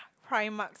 primark